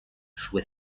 szły